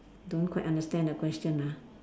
don't quite understand the question ah